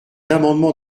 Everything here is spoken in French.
amendement